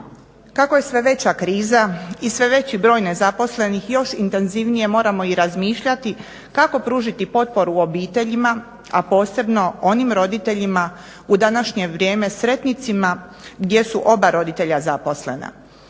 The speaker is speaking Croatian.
Kako je sve veća kriza i sve veći broj nezaposlenih još intenzivnije moramo razmišljati kako pružiti potporu obiteljima a posebno onim roditeljima u današnje vrijeme sretnicima gdje su oba roditelja zaposlena.